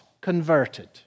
converted